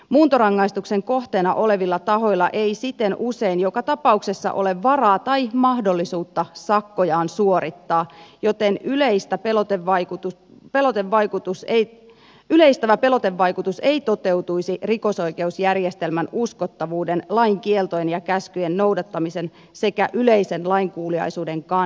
muuntorangaistuksen kohteena olevilla tahoilla ei siten usein joka tapauksessa ole varaa tai mahdollisuutta sakkojaan suorittaa joten yleisestävä pelotevaikutus ei toteutuisi rikosoikeusjärjestelmän uskottavuuden lain kieltojen ja käskyjen noudattamisen sekä yleisen lainkuuliaisuuden kannalta